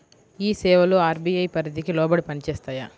ఈ సేవలు అర్.బీ.ఐ పరిధికి లోబడి పని చేస్తాయా?